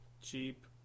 Cheap